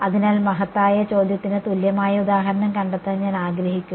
അതിനാൽ മഹത്തായ ചോദ്യത്തിന് തുല്യമായ ഉദാഹരണം കണ്ടെത്താൻ ഞാൻ ആഗ്രഹിക്കുന്നു